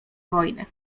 wojny